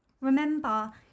Remember